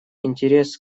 интерес